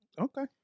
Okay